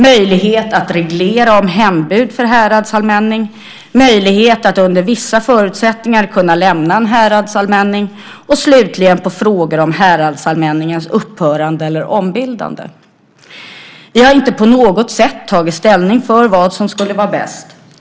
Möjlighet att reglera om hembud för en häradsallmänning. Möjlighet att under vissa förutsättningar kunna lämna en häradsallmänning. Häradsallmänningars upphörande eller ombildande. Vi har inte på något sätt tagit ställning för vad som skulle vara bäst.